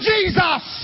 Jesus